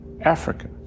Africa